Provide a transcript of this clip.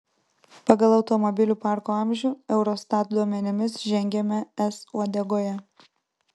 pagal automobilių parko amžių eurostat duomenimis žengiame es uodegoje